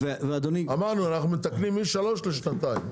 אמרנו, אנחנו מתקנים משלוש לשנתיים.